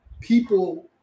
People